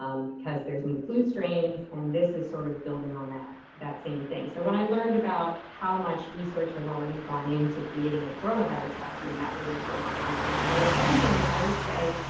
um because there's new flu strains. and this is sort of building on that, that same thing. so when i learned about how much research has already gone into creating a coronavirus vaccine, that made me feel more confident. and the second thing is i would say,